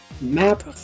map